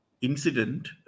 incident